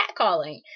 catcalling